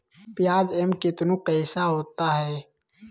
प्याज एम कितनु कैसा होता है?